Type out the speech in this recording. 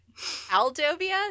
Aldovia